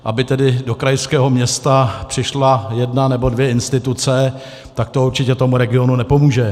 Aby do krajského města přišla jedna nebo dvě instituce, to určitě tomu regionu nepomůže.